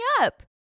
up